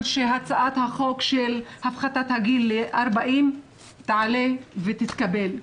זה שהצעת החוק להפחתת הגיל ל-40 תעלה ותתקבל.